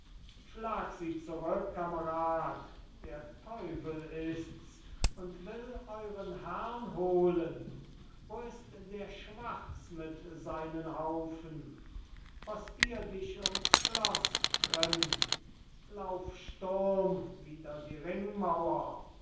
schlag sie zurück kamerad der teufel ists und will euren herrn holen wo ist der schwarz mit seinen haufen postir dich ums schloß grimm lauf sturm wider die